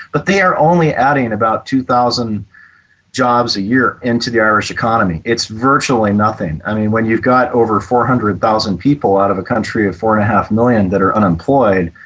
but they are only adding about two thousand jobs a year into the irish economy. it's virtually nothing. i mean, when you've got over four hundred thousand people out of a country of four-and-a-half million that are unemployed,